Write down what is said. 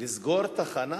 לסגור תחנה